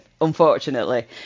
unfortunately